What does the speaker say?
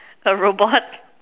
a robot